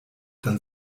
dann